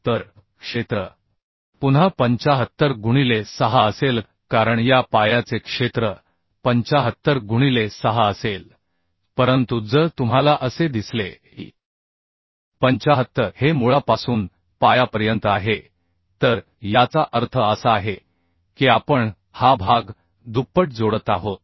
तर क्षेत्र पुन्हा 75 गुणिले 6 असेल कारण या पायाचे क्षेत्र 75 गुणिले 6 असेल परंतु जर तुम्हाला असे दिसले की 75 हे मुळापासून पायापर्यंत आहे तर याचा अर्थ असा आहे की आपण हा भाग दुप्पट जोडत आहोत